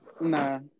No